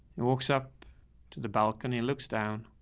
walks up to the balcony, looks down